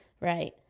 right